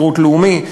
שירות לאומי,